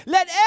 Let